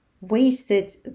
wasted